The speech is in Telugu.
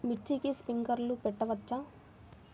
మిర్చికి స్ప్రింక్లర్లు పెట్టవచ్చా?